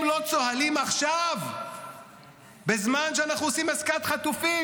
הם לא צוהלים עכשיו בזמן שאנחנו עושים עסקת חטופים,